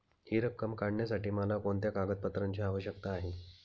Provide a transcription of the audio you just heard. हि रक्कम काढण्यासाठी मला कोणत्या कागदपत्रांची आवश्यकता आहे?